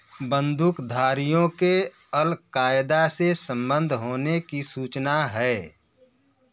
बंदूकधारियों के अलकायदा से संबंध होने की सूचना है